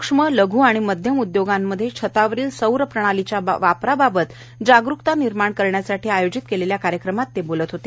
सुक्ष्म लघू आणि मध्यम उद्योगांमध्ये छतावरील सौर प्रणालीच्या वापराबाबत जागरुकता निर्माण करण्यासाठी आयोजित केलेल्या कार्यक्रमात ते बोलत होते